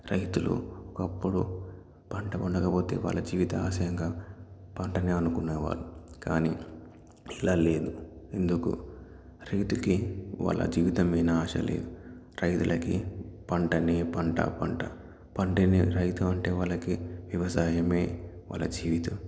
రైతులు ఒకప్పుడు పంట పండకపోతే వాళ్ళ జీవిత ఆశయంగా పంటని అనుకునేవారు కానీ ఇలా లేదు ఎందుకు రైతుకి వాళ్ళ జీవితం మీన ఆశ లేదు రైతులకి పంటని పంట పంట పంటని రైతు అంటే వాళ్ళకి వ్యవసాయమే వాళ్ళ జీవితం